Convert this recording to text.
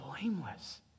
blameless